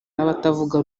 n’abatavuga